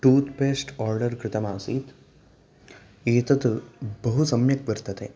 toothpaste order कृतम् आसीत् एतत् बहु सम्यक् वर्तते